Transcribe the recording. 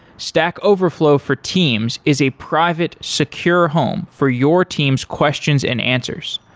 stack overflow for teams is a private secure home for your team's questions and answers.